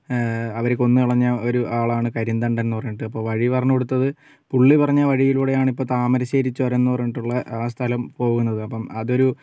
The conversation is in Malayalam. അവര് കൊന്നുകളഞ്ഞ ഒരു ആളാണ് കരിന്തണ്ടൻ എന്ന് പറഞ്ഞിട്ട് അപ്പം വഴി പറഞ്ഞു കൊടുത്തത് പുള്ളി പറഞ്ഞ വഴിയിലൂടെയാണ് ഇപ്പോൾ താമരശ്ശേരി ചുരം എന്ന് പറഞ്ഞിട്ടുള്ള ആ സ്ഥലം പോകുന്നത് അപ്പം അതൊരു